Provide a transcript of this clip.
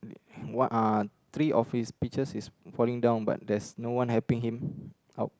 what are three office pictures is falling down but there's no one helping him out